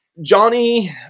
Johnny